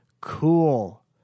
Cool